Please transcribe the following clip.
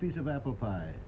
piece of apple pie